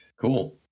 Cool